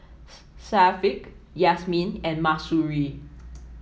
Syafiq Yasmin and Mahsuri